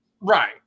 Right